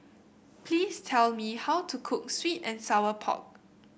please tell me how to cook sweet and Sour Pork